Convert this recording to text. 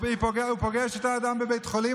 הוא פוגש את האדם בבית חולים,